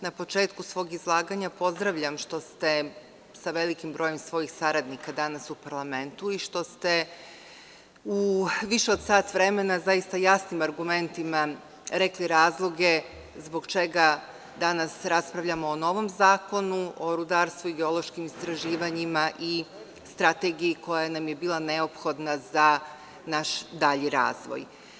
Na početku svog izlaganja pozdravljam što ste sa velikim brojem svojih saradnika danas u parlamentu i što ste u više od sat vremena, zaista jasnim argumentima, rekli razloge zbog čega danas raspravljamo o novom zakonu o rudarstvu i geološkim istraživanjima i strategiji koja nam je bila neophodna za naš dalji razvoj.